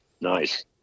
Nice